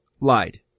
lied